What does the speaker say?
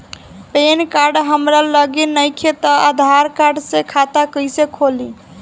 Pan card हमरा लगे नईखे त आधार कार्ड से खाता कैसे खुली?